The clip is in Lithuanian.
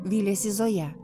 vylėsi zoja